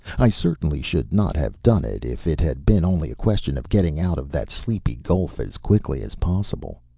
i certainly should not have done it if it had been only a question of getting out of that sleepy gulf as quickly as possible.